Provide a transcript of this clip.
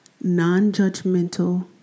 Non-judgmental